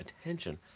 attention